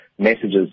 messages